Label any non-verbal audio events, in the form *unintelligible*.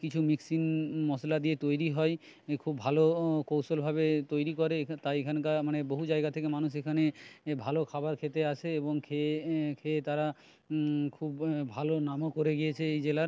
কিছু মিক্সিং মশলা দিয়ে তৈরি হয় খুব ভালো ও কৌশলভাবে তৈরি করে *unintelligible* তাই এখানকার মানে বহু জায়গা থেকে মানুষ এখানে এ ভালো খাবার খেতে আসে এবং খেয়ে খেয়ে তারা খুব ভালো নামও করে গিয়েছে এই জেলার